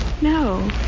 No